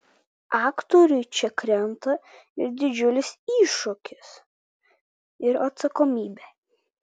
aktoriui čia krenta ir didžiulis iššūkis ir atsakomybė